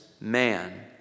man